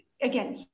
again